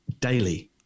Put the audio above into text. daily